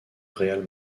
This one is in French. real